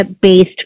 based